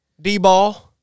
D-Ball